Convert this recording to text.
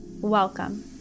Welcome